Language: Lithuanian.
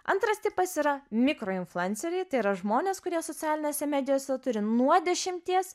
antras tipas yra mikroinfluenceriai tai yra žmonės kurie socialinėse medijose turi nuo dešimties